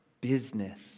business